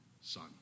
son